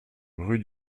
rue